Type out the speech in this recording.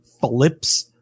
flips